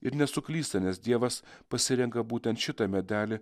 ir nesuklysta nes dievas pasirenka būtent šitą medelį